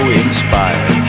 inspired